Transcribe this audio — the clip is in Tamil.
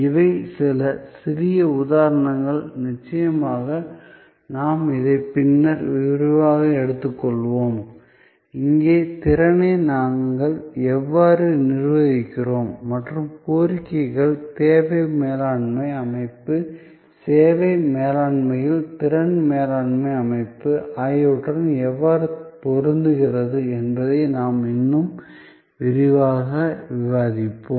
இவை சில சிறிய உதாரணங்கள் நிச்சயமாக நாம் இதை பின்னர் விரிவாக எடுத்துக்கொள்வோம் இந்த திறனை நாங்கள் எவ்வாறு நிர்வகிக்கிறோம் மற்றும் கோரிக்கைகள் தேவை மேலாண்மை அமைப்பு சேவை மேலாண்மையில் திறன் மேலாண்மை அமைப்பு ஆகியவற்றுடன் எவ்வாறு பொருந்துகிறது என்பதை நாம் இன்னும் விரிவாக விவாதிப்போம்